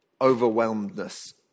overwhelmedness